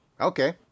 Okay